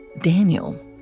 Daniel